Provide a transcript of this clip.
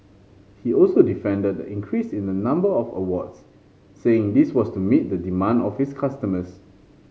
he also defended the increase in the number of awards saying this was to meet the demand of his customers